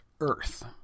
Earth